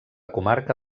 comarca